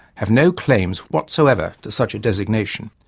have no claims whatsoever to such a designation.